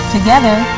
Together